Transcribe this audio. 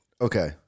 Okay